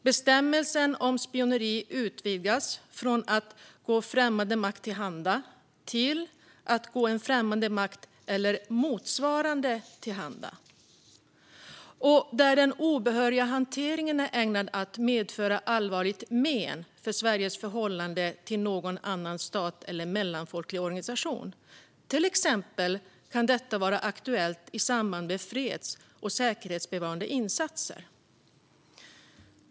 Bestämmelsen om spioneri utvidgas från att "gå främmande makt till handa" till att "gå en främmande makt eller motsvarande till handa", där den obehöriga hanteringen är ägnad att "medföra allvarligt men för Sveriges förhållande till någon annan stat eller en mellanfolklig organisation". Till exempel kan detta vara aktuellt i samband med freds och säkerhetsbevarande insatser.